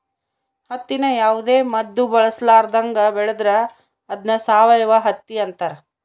ಹತ್ತಿನ ಯಾವುದೇ ಮದ್ದು ಬಳಸರ್ಲಾದಂಗ ಬೆಳೆದ್ರ ಅದ್ನ ಸಾವಯವ ಹತ್ತಿ ಅಂತಾರ